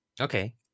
Okay